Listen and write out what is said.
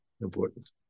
important